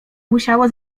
musiało